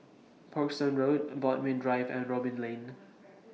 Parkstone Road Bodmin Drive and Robin Lane